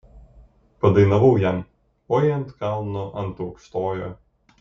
padainavau jam oi ant kalno ant aukštojo